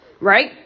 right